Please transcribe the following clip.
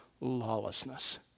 lawlessness